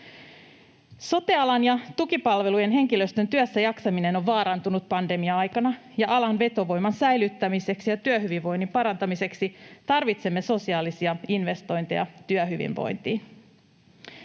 Sote-alan ja tukipalvelujen henkilöstön työssäjaksaminen on vaarantunut pandemian aikana, ja alan vetovoiman säilyttämiseksi ja työhyvinvoinnin parantamiseksi tarvitsemme sosiaalisia investointeja työhyvinvointiin.